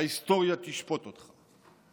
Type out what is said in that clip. ההיסטוריה תשפוט אותך.